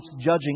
judging